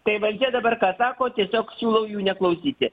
tai va jie dabar ką sako tiesiog siūlau jų neklausyti